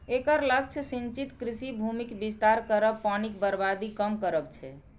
एकर लक्ष्य सिंचित कृषि भूमिक विस्तार करब, पानिक बर्बादी कम करब छै